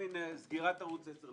סגירת ערוץ 10,